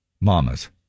mamas